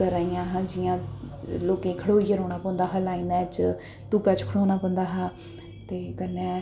करा दियां हां जि'यां लोकें गी खड़ोइयै रौह्ना पौंदा हा लाइनै च धुप्पै च खड़ोना पौंदा हा कन्नै